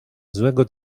złego